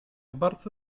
bardzo